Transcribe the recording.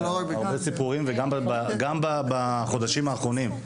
גם בחודשים האחרונים.